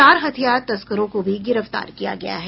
चार हथियार तस्करों को भी गिरफ्तार किया गया है